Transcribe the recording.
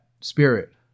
spirit